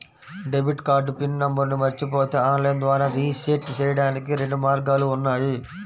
debit card pin నంబర్ను మరచిపోతే online ద్వారా రీసెట్ చెయ్యడానికి రెండు మార్గాలు ఉన్నాయి